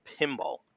Pinball